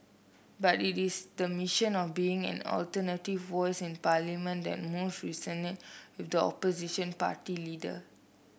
but it is the mission of being an alternative voice in Parliament that most resonate with the opposition party leader